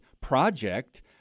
project